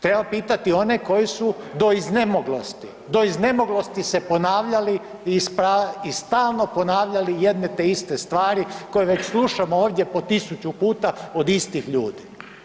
Treba pitati one koji su do iznemoglosti, do iznemoglosti se ponavljali i stalno ponavljali jedne te iste stvari koje već slušamo ovdje po tisuću puta od istih ljudi.